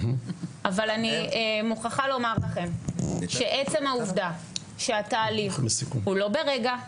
אבל אני מוכרחה לומר לכם שעצם העובדה שהתהליך הוא לא ברגע,